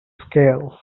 scarce